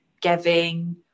giving